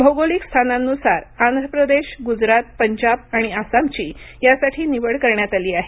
भौगोलिक स्थानांनुसार आंध्र प्रदेश गुजरात पंजाब आणि आसामची यासाठी निवड करण्यात आली आहे